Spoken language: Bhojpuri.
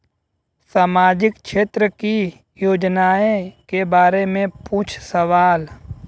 सामाजिक क्षेत्र की योजनाए के बारे में पूछ सवाल?